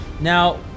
Now